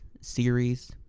series